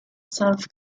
self